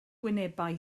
wynebau